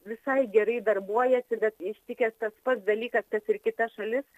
visai gerai darbuojasi bet ištikęs tas pats dalykas kas ir kitas šalis